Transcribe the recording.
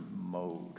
mode